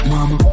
Mama